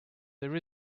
there